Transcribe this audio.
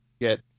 get